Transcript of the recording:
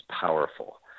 powerful